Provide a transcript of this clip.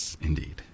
indeed